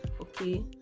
Okay